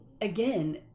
again